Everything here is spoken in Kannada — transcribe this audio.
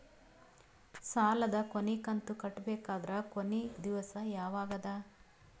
ಸಾಲದ ಕೊನಿ ಕಂತು ಕಟ್ಟಬೇಕಾದರ ಕೊನಿ ದಿವಸ ಯಾವಗದ?